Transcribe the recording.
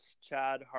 Chad